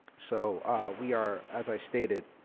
so we are, as i stated,